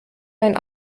mein